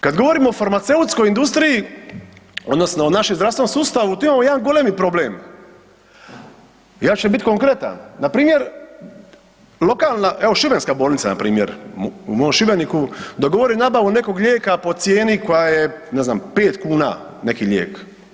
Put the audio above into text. Kad govorimo o farmaceutskoj industriji, odnosno o našem zdravstvenom sustavu, tu imamo jedan golemi problem, ja ću sad bit konkretan, npr. lokalna, evo šibenska bolnica npr., u mom Šibeniku, dogovore nabavu nekog lijeka po cijeni koja je ne znam, 5 kn neki lijek.